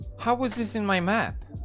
how was this in my map?